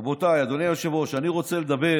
רבותיי, אדוני היושב-ראש, אני רוצה לדבר